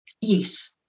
Yes